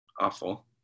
awful